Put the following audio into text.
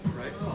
right